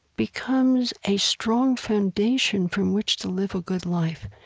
becomes a strong foundation from which to live a good life.